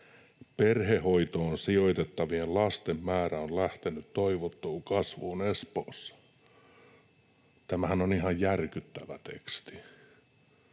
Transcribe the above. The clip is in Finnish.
”Perhehoitoon sijoitettavien lasten määrä on lähtenyt toivottuun kasvuun Espoossa.” Tämähän on ihan järkyttävä teksti